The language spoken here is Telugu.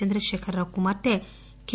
చంద్రకేఖరరావు కుమార్తె కె